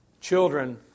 Children